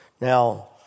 Now